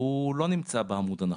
הוא לא נמצא בעמוד הנכון,